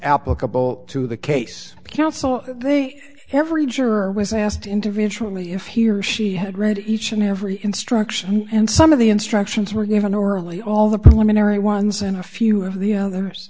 applicable to the case counsel they every juror was asked individually if he or she had read each and every instruction and some of the instructions were given orally all the preliminary ones and a few of the others